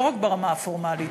לא רק ברמה הפורמלית,